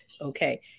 okay